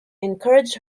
encouraged